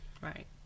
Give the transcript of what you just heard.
Right